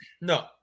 no